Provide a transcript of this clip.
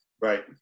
Right